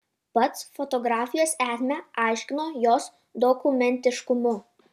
pats fotografijos esmę aiškino jos dokumentiškumu